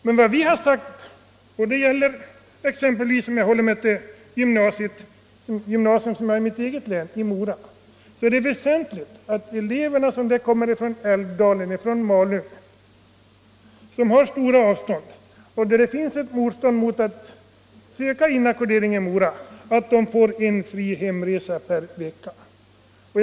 Men vi har sagt att för de elever som har stora avstånd till gymnasiet - om jag håller mig till gymnasiet i Mora i mitt eget län gäller det elever från exempelvis Älvdalen, Särna, Idre och Malung — och som är tveksamma om de skall söka inackordering på gymnasieorten är en fri hemresa per vecka nödvändig.